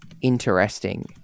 Interesting